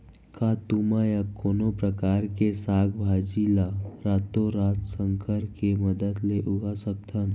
का तुमा या कोनो परकार के साग भाजी ला रातोरात संकर के मदद ले उगा सकथन?